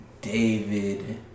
David